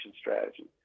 strategy